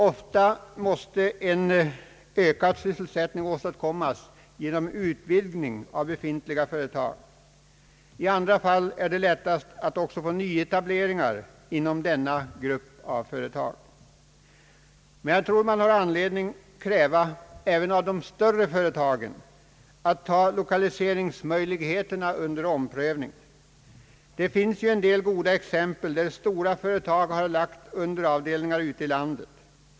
Ofta måste en ökad sysselsättning åstadkommas genom utvidgning av befintliga företag. I andra fall är det lättast att också få nyetableringar inom denna grupp av företag. Man har även anledning att kräva av de större företagen att de tar lokaliseringsmöjligheterna under omprövning. Det finns en del goda exempel på stora företag som har lagt underavdelningar ute i landet.